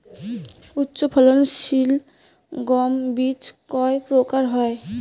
উচ্চ ফলন সিল গম বীজ কয় প্রকার হয়?